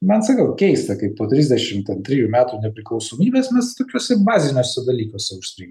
man sakau keista kai po trisdešim ten trijų metų nepriklausomybės mes tokiuose baziniuose dalykuose užstrigę